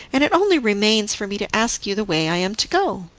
and it only remains for me to ask you the way i am to go.